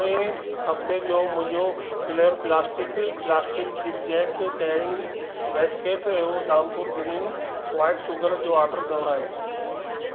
पोएं हफ़्ते जो मुंहिंजो Flair plastic plastic zig zag carrying basket ऐं धामपुर ग्रीन वाइट शुगर जो ऑर्डरु दुहिरायो